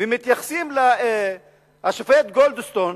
ומתייחסים לשופט גולדסטון